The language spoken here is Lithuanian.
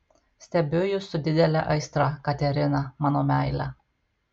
stebiu jus su didele aistra katerina mano meile